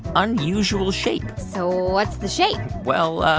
unusual shape so what's the shape? well,